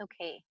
okay